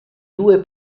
due